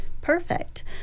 Perfect